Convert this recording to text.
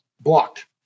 Blocked